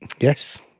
Yes